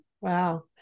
Wow